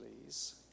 please